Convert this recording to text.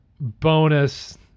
bonus